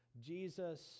Jesus